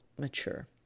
mature